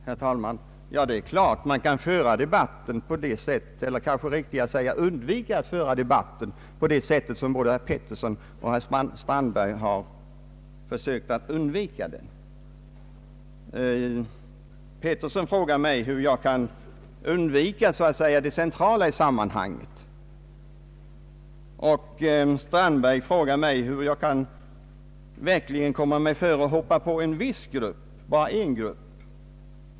Herr talman! Det är klart att man kan föra debatten — eller kanske rättare sagt undvika att föra debatten — på det sätt som både herr Petersson och herr Strandberg har försökt. Herr Bertil Petersson frågar mig hur jag kan undvika det centrala i sammanhanget, och herr Strandberg frågar mig hur jag kan ”hoppa på” bara en viss grupp.